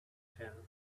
shell